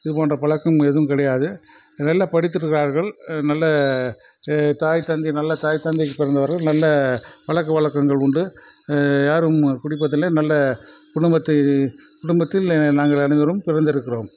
இது போன்ற பழக்கம் எதுவும் கிடையாது நல்ல படித்திருக்கிறார்கள் நல்ல தாய் தந்தை நல்ல தாய் தந்தைக்கு பிறந்தவர்கள் நல்ல பழக்கவழக்கங்கள் உண்டு யாரும் குடிப்பதில்லை நல்ல குடும்பத்தை குடும்பத்தில் நாங்கள் அனைவரும் பிறந்திருக்கிறோம்